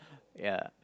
ya